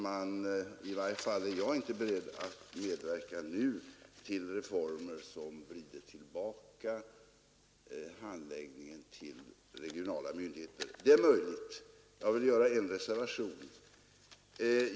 I varje fall är jag inte beredd att nu medverka till reformer som för tillbaka handläggningen till regionala myndigheter. Jag vill göra en reservation.